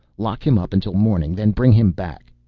lock him up until morning then bring him back.